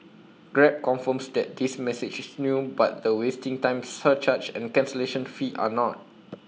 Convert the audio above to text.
grab confirms that this message is new but the wasting time surcharge and cancellation fee are not